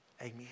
Amen